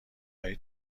های